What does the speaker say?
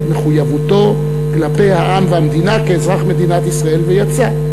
מחויבותו כלפי העם והמדינה כאזרח מדינת ישראל ויצא,